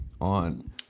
on